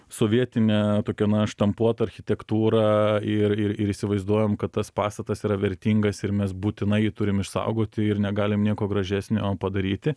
sovietinę tokią na štampuot architektūrą ir ir ir įsivaizduojam kad tas pastatas yra vertingas ir mes būtinai jį turim išsaugoti ir negalim nieko gražesnio padaryti